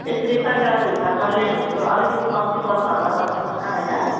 यसरी सैकडाको हिसाबमा ल्यायो भने अलिकति कम्ती पर्छ होला तपाईँसँग होइन